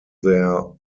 their